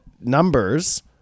numbers